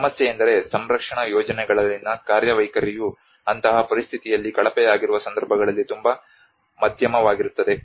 ಸಮಸ್ಯೆಯೆಂದರೆ ಸಂರಕ್ಷಣಾ ಯೋಜನೆಗಳಲ್ಲಿನ ಕಾರ್ಯವೈಖರಿಯು ಅಂತಹ ಪರಿಸ್ಥಿತಿಯಲ್ಲಿ ಕಳಪೆಯಾಗಿರುವ ಸಂದರ್ಭಗಳಲ್ಲಿ ತುಂಬಾ ಮಧ್ಯಮವಾಗಿರುತ್ತದೆ